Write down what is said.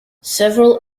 several